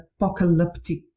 apocalyptic